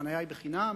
החנייה היא חינם